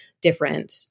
different